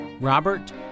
Robert